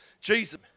Jesus